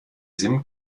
sim